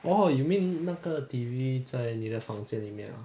orh you mean 那个 T_V 在你的房间里面 ah